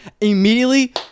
Immediately